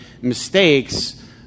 mistakes